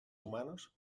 humanos